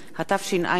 התשע"ב 2012,